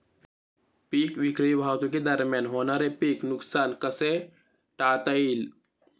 पीक विक्री वाहतुकीदरम्यान होणारे पीक नुकसान कसे टाळता येईल?